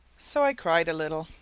so i cried a little,